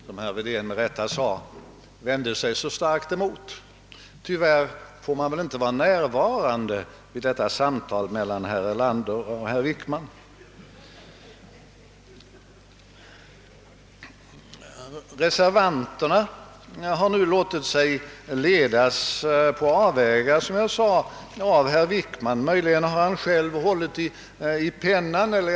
De har därför varit ur stånd att föra den aktiva konjunkturpolitik som skulle ha förhindrat många av de olägenheter som näringslivet nu fått dras med.